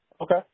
Okay